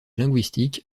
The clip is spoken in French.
linguistique